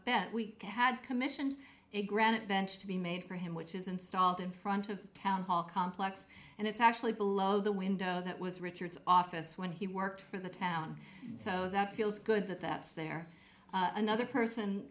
bet we had commissioned a granite to be made for him which is installed in front of the town hall complex and it's actually below the window that was richard's office when he worked for the town so that feels good that that's there another person